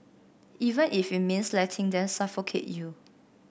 even if it means letting them suffocate you